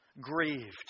grieved